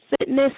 fitness